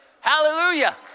Hallelujah